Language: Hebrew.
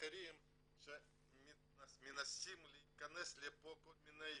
אחרים שמנסים להכנס לפה כל מיני,